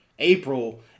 April